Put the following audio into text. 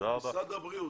משרד הבריאות.